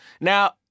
Now